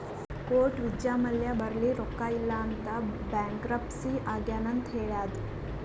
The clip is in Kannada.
ಕೋರ್ಟ್ ವಿಜ್ಯ ಮಲ್ಯ ಬಲ್ಲಿ ರೊಕ್ಕಾ ಇಲ್ಲ ಅಂತ ಬ್ಯಾಂಕ್ರಪ್ಸಿ ಆಗ್ಯಾನ್ ಅಂತ್ ಹೇಳ್ಯಾದ್